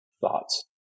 thoughts